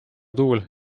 tuul